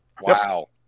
Wow